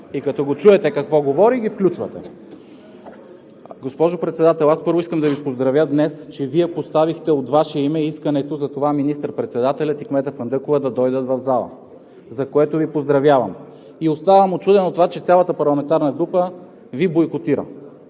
и като го чуете какво говори – ги включвате. Госпожо Председател, аз, първо, искам да Ви поздравя днес, че Вие поставихте от Ваше име искането за това министър председателят и кметът Фандъкова да дойдат в залата, за което Ви поздравявам! И оставам учуден от това, че цялата парламентарна група Ви бойкотира!